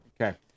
Okay